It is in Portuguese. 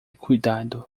cuidado